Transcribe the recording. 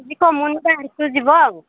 କିଛି କମୁନି ଯିବ ଆଉ